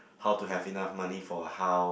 how to have enough money for a hou~